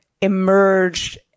emerged